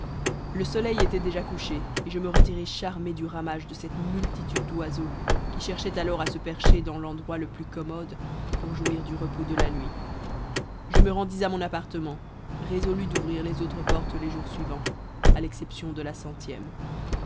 le soleil était déjà couché et je me retirai charmé du ramage de cette multitude d'oiseaux qui cherchaient alors à se percher dans l'endroit le plus commode pour jouir du repos de la nuit je me rendis à mon appartement résolu d'ouvrir les autres portes les jours suivants à l'exception de la centième